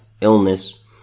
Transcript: illness